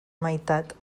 meitat